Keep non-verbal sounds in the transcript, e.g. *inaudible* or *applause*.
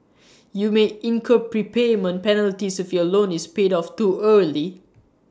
*noise* you may incur prepayment penalties if your loan is paid off too early